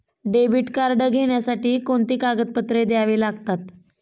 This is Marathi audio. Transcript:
डेबिट कार्ड घेण्यासाठी कोणती कागदपत्रे द्यावी लागतात?